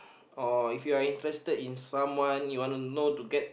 or if you're interested in someone you wana know to get